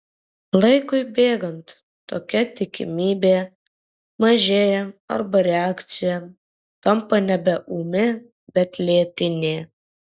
laikui bėgant tokia tikimybė mažėja arba reakcija tampa nebe ūmi bet lėtinė